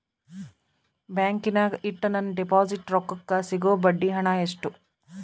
ಬ್ಯಾಂಕಿನಾಗ ಇಟ್ಟ ನನ್ನ ಡಿಪಾಸಿಟ್ ರೊಕ್ಕಕ್ಕೆ ಸಿಗೋ ಬಡ್ಡಿ ಹಣ ಎಷ್ಟು?